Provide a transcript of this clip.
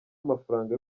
amafaranga